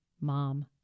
mom